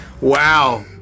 Wow